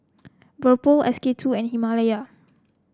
S K two and Himalaya